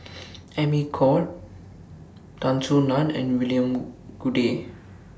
Amy Khor Tan Soo NAN and William Goode